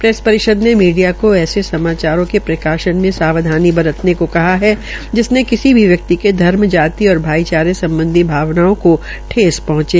press परिषद ने media को ऐसे समाचारों के प्रकाशन में सावधानी बरतने को कहा है जिनसे किसी भी व्यक्ति को धर्म जाति और भाईचारे सम्बधी भावनाओं को ठेस पहंचे